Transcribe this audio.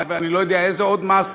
ואני לא יודע איזה עוד מס,